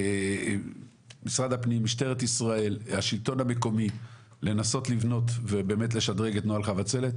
עם משטרת ישראל והשלטון המקומי לנסות לבנות ובאמת לשדרג את נוהל חבצלת.